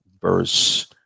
verse